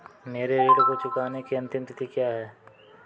मेरे ऋण को चुकाने की अंतिम तिथि क्या है?